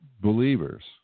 Believers